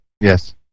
Yes